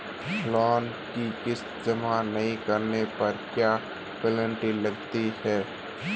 Loan की किश्त जमा नहीं कराने पर क्या पेनल्टी लगती है?